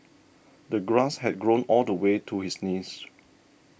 the grass had grown all the way to his knees